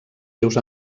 seus